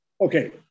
Okay